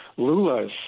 lula's